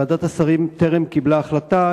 ועדת השרים טרם קיבלה החלטה.